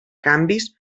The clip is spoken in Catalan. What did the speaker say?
canvis